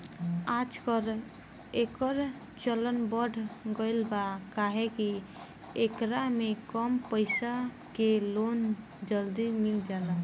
आजकल, एकर चलन बढ़ गईल बा काहे कि एकरा में कम पईसा के लोन जल्दी मिल जाला